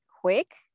quick